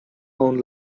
own